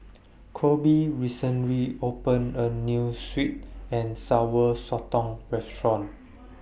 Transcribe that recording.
Koby recently opened A New Sweet and Sour Sotong Restaurant